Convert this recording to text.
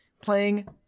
playing